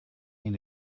need